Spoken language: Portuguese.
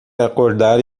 acordar